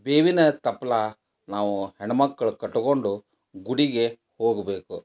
ಬೇವಿನ ತಪ್ಲು ನಾವು ಹೆಣ್ಣುಮಕ್ಳು ಕಟ್ಟಿಕೊಂಡು ಗುಡಿಗೆ ಹೋಗಬೇಕು